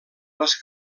les